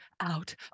out